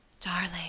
Darling